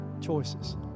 choices